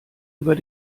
über